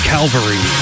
Calvary